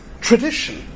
tradition